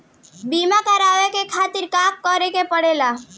बीमा करेवाए के खातिर का करे के पड़ेला?